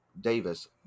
Davis